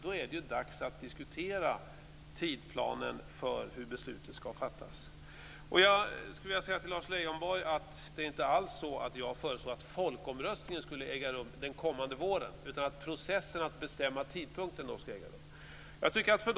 Då är det dags att diskutera tidsplanen för hur beslutet ska fattas. Det är inte alls så att jag föreslår att folkomröstningen skulle äga rum den kommande våren, Lars Leijonborg, utan jag föreslår att processen att bestämma tidpunkten ska äga rum då.